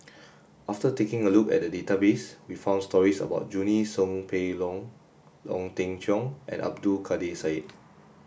after taking a look at the database we found stories about Junie Sng Poh Leng Ong Teng Cheong and Abdul Kadir Syed